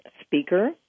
speaker